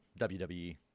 WWE